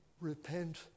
Repent